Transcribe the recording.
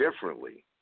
differently